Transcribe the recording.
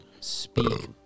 speak